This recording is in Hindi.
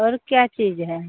और क्या चीज़ है